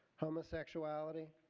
homosexuality,